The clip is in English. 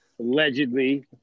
allegedly